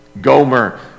Gomer